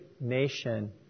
nation